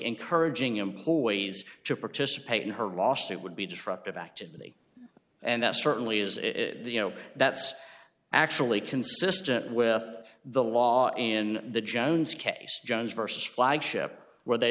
encouraging employees to participate in her last it would be disruptive activity and that certainly is you know that's actually consistent with the law and the jones case jones versus flagship where they